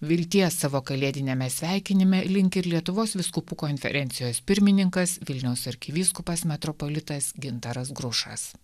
vilties savo kalėdiniame sveikinime linki ir lietuvos vyskupų konferencijos pirmininkas vilniaus arkivyskupas metropolitas gintaras grušas